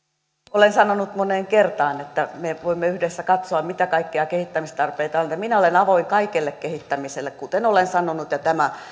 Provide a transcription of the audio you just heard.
olen sanonut moneen kertaan että me voimme yhdessä katsoa mitä kaikkia kehittämistarpeita on minä olen avoin kaikelle kehittämiselle kuten olen sanonut ja tämä